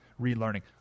relearning